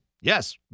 yes